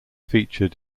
featured